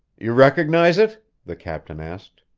you recognize it? the captain asked.